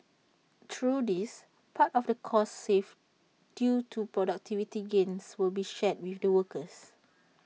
through this part of the costs saved due to productivity gains will be shared with their workers